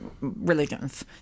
religions